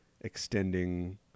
extending